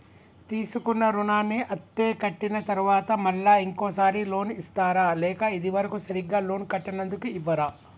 తీసుకున్న రుణాన్ని అత్తే కట్టిన తరువాత మళ్ళా ఇంకో సారి లోన్ ఇస్తారా లేక ఇది వరకు సరిగ్గా లోన్ కట్టనందుకు ఇవ్వరా?